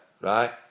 right